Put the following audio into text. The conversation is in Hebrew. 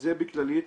זה בכללי.